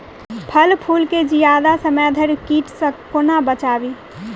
फल फुल केँ जियादा समय धरि कीट सऽ कोना बचाबी?